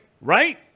right